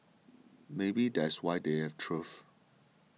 maybe that's why they've thrived